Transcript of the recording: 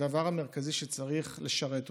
כדבר המרכזי שצריך לשרת אותו.